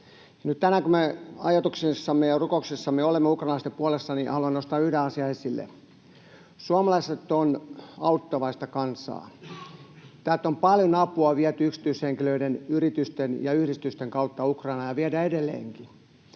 tänään, kun me ajatuksissamme ja rukouksissamme olemme ukrainalaisten puolella, niin haluan nostaa yhden asian esille. Suomalaiset ovat auttavaista kansaa. Täältä on paljon apua viety yksityishenkilöiden, yritysten ja yhdistysten kautta Ukrainaan ja viedään edelleenkin,